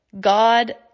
God